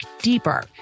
deeper